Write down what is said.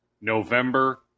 November